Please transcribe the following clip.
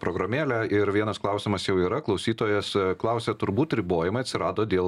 programėlę ir vienas klausimas jau yra klausytojas klausia turbūt ribojimai atsirado dėl